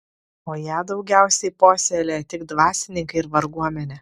o ją daugiausiai puoselėjo tik dvasininkai ir varguomenė